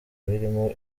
birimo